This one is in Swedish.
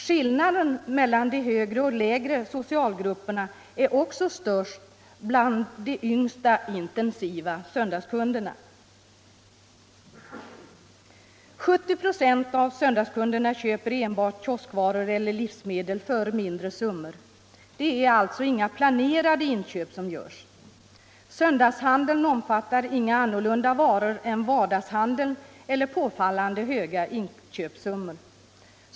Skillnaderna mellan de högre och lägre socialgrupperna är också störst bland de yngsta intensiva söndagskunderna. 70 96 av söndagskunderna köper enbart kioskvaror eller livsmedel för mindre summor; det är alltså inga planerade inköp som görs. Söndagshandeln omfattar inga andra varor än vardagshandeln eller påfallande höga inköpssummor.